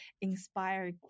inspire